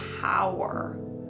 power